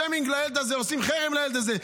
עושים שיימניג לילד הזה, עושים חרם לילד הזה.